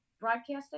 broadcasting